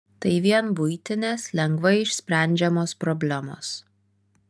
tai vien buitinės lengvai išsprendžiamos problemos